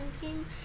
team